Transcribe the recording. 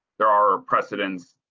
there are precedents